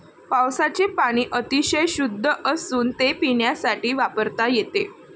पावसाचे पाणी अतिशय शुद्ध असून ते पिण्यासाठी वापरता येते